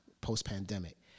post-pandemic